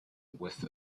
with